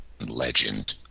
legend